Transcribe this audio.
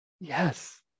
Yes